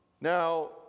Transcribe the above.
Now